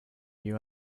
you